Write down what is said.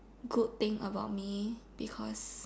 good things about me because